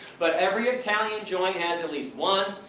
but every italian joint has at least one,